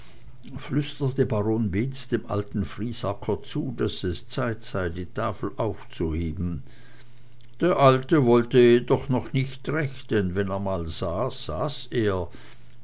flüsterte baron beetz dem alten friesacker zu daß es zeit sei die tafel aufzuheben der alte wollte jedoch noch nicht recht denn wenn er mal saß saß er